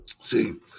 See